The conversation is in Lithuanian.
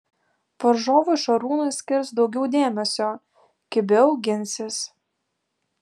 varžovai šarūnui skirs daugiau dėmesio kibiau ginsis